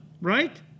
right